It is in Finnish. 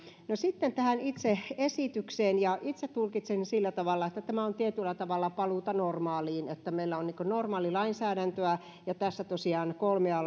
sitten tähän itse esitykseen itse tulkitsen sillä tavalla että tämä on tietyllä tavalla paluuta normaaliin että meillä normaalilainsäädäntöä tässä tosiaan kolmea